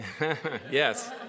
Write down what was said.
Yes